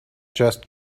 just